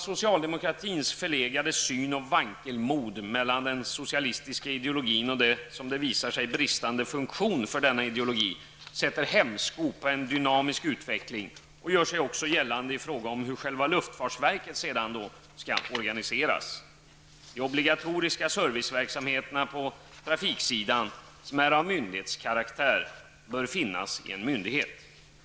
Socialdemokratins förlegade syn och vankelmod mellan den socialistiska ideologin och den — som det visar sig — bristande funktion som denna ideologi leder till, sätter hämsko på en dynamisk utveckling och gör sig också gällande i fråga om hur själva luftfartsverket skall organiseras. De obligatoriska serviceverksamheterna på trafiksidan, som är av myndighetskaraktär, bör finnas i en myndighet.